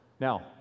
Now